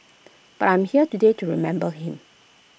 but I'm here today to remember him